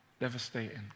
Devastating